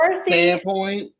standpoint